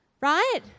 right